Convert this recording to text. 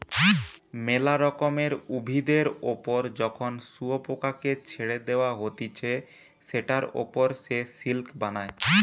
মেলা রকমের উভিদের ওপর যখন শুয়োপোকাকে ছেড়ে দেওয়া হতিছে সেটার ওপর সে সিল্ক বানায়